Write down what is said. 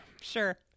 Sure